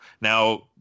Now